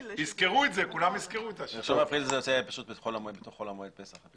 1 באפריל יוצא בחול המועד פסח.